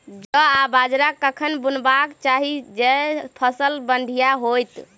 जौ आ बाजरा कखन बुनबाक चाहि जँ फसल बढ़िया होइत?